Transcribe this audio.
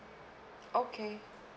okay